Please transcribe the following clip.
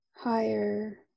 higher